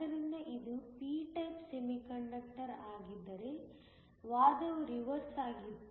ಆದ್ದರಿಂದ ಇದು p type semiconductor ಆಗಿದ್ದರೆ ವಾದವು ರಿವರ್ಸ್ ಆಗುತ್ತಿತ್ತು